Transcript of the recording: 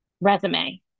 resume